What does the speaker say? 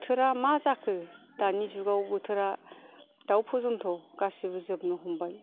बोथोरा मा जाखो दानि जुगाव बोथोरा दाव फजन्थ' गासैबो जोबनो हमबाय